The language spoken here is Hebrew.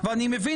ואני מבין,